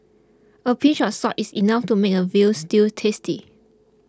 a pinch of salt is enough to make a Veal Stew tasty